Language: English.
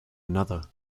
another